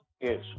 yes